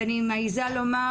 אני מעזה לומר: